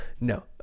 No